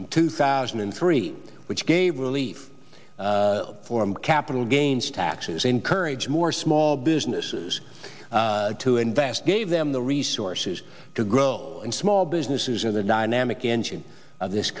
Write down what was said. in two thousand and three which gave relief form capital gains taxes encourage more small businesses to invest gave them the resources to grow and small businesses are the dynamic engine of this